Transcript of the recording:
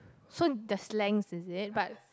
so the slang is it but